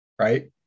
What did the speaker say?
right